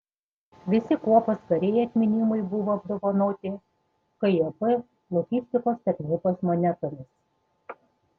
visi kuopos kariai atminimui buvo apdovanoti kjp logistikos tarnybos monetomis